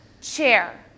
chair